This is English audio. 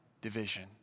division